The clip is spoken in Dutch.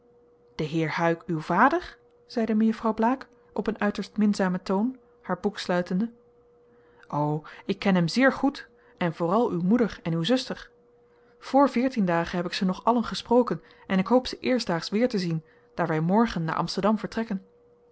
de heer huyck uw vader zeide mejuffrouw blaek op een uiterst minzamen toon haar boek sluitende o ik ken hem zeer goed en vooral uw moeder en uw zuster voor veertien dagen heb ik ze nog allen gesproken en ik hoop ze eerstdaags weer te zien daar wij morgen naar amsterdam vertrekken